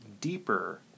deeper